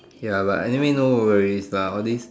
ya but anyway no worries lah all these